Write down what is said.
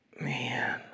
man